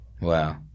Wow